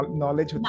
knowledge